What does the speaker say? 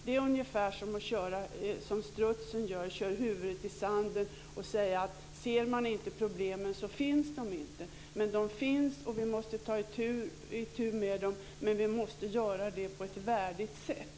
Det är ungefär som att göra som strutsen, köra huvudet i sanden och säga att ser man inte problemen så finns de inte. De finns, och vi måste ta itu med dem. Men vi måste göra det på ett värdigt sätt.